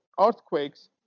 earthquakes